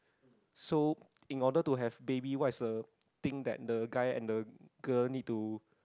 so in order to have baby what is the thing that the guy and the girl need to